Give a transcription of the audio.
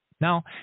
Now